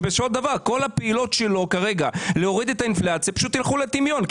כשבסופו של דבר כל הפעילות שלו כרגע להוריד את האינפלציה תלך לטמיון,